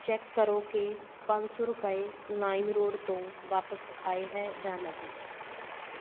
check ਕਰੋ ਕਿ ਪੰਜ ਸੌ ਰੁਪਏ ਲਾਈਮਰੋਡ ਤੋਂ ਵਾਪਸ ਆਏ ਹੈ ਜਾਂ ਨਹੀਂ